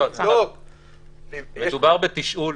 מדובר בתשאול.